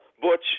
Butch